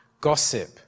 gossip